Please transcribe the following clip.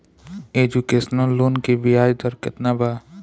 Education loan की ब्याज दर केतना बा?